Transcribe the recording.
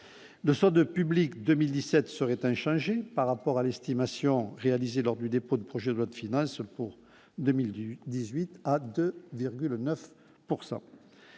2 sortes de public 2017 serait inchangé par rapport à l'estimation réalisée lors du dépôt du projet de vote final seul pour 2000 du 18 à 2,9